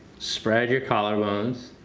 spread your collar bones.